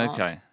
Okay